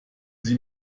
sie